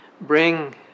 bring